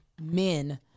men